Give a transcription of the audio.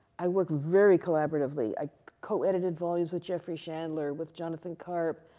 i work very collaboratively. i co edited volumes with jeffrey chandler, with jonathan carp.